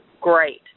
Great